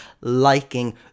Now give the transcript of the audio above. liking